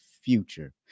future